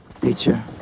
teacher